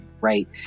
right